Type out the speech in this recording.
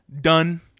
done